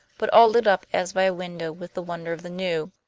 but all lit up as by a window with the wonder of the new,